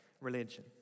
religion